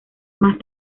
más